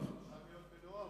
קיבלתם בבחירות המוניציפליות.